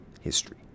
history